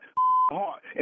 heart